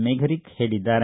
ಮೇಫರಿಖ್ ಹೇಳಿದ್ದಾರೆ